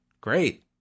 Great